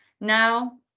Now